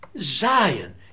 Zion